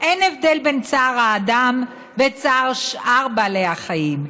אין הבדל בין צער האדם וצער שאר בעלי החיים.